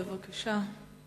בבקשה.